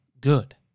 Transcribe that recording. good